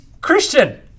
Christian